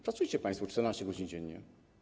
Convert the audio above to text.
Pracujcie państwo 14 godzin dziennie.